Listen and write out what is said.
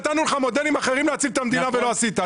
נתנו לך מודלים אחרים להציל את המדינה ולא עשית.